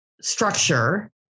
structure